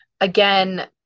again